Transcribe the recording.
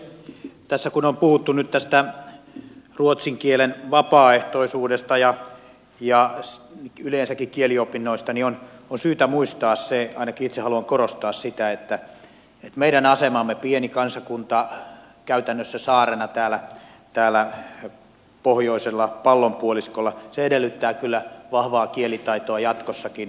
tässä kun nyt on puhuttu tästä ruotsin kielen vapaaehtoisuudesta ja yleensäkin kieliopinnoista niin on syytä muistaa se ainakin itse haluan korostaa sitä että meidän asemamme pieni kansakunta käytännössä saarena täällä pohjoisella pallonpuoliskolla edellyttää kyllä vahvaa kielitaitoa jatkossakin